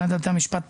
מהנהלת בתי המשפט: